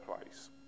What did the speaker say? place